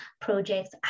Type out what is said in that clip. projects